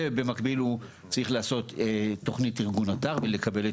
ובמקביל הוא צריך לעשות תוכנית ארגון אתר ולקבל את